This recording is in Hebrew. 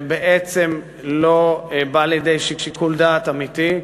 שלא בא לידי שיקול דעת אמיתי.